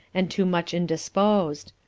and too much indisposed.